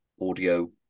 audio